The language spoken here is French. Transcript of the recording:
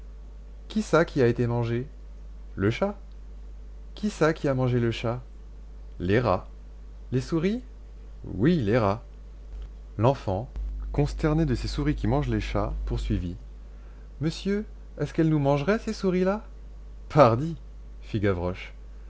qui ça qui a été mangé le chat qui ça qui a mangé le chat les rats les souris oui les rats l'enfant consterné de ces souris qui mangent les chats poursuivit monsieur est-ce qu'elles nous mangeraient ces souris là pardi